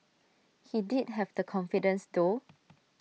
he did have the confidence though